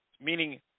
meaning